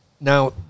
Now